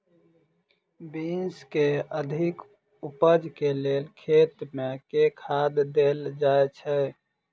Beans केँ अधिक उपज केँ लेल खेत मे केँ खाद देल जाए छैय?